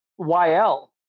YL